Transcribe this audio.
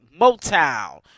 Motown